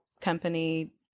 company